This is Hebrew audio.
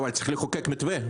אבל צריך לחוקק מתווה.